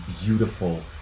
beautiful